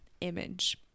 image